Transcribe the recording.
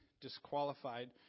disqualified